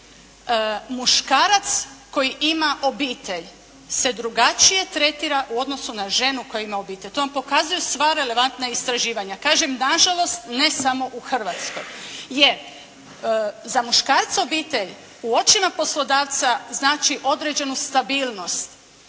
muškarac koji ima obitelj se drugačije tretira u odnosu na ženu koja ima obitelj. To vam pokazuju sva relevantna istraživanja. Kažem na žalost ne samo u Hrvatskoj. Jer za muškarca obitelj u očima poslodavca znači određenu stabilnost,